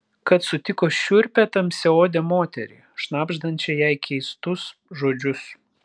kad sutiko šiurpią tamsiaodę moterį šnabždančią jai keistus žodžius